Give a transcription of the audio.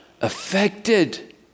affected